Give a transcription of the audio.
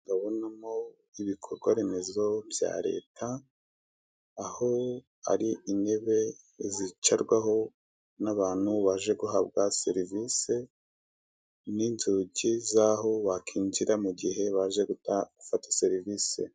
Ndabonamo ibikorwa remezo bya leta, aho ari intebe zicarwaho n'abantu baje guhabwa serivise, n'inzugi zaho wakwinjira mugihe waje guta fata serivise.